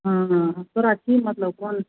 हाँ हाँ तोरा की मतलब कौन छै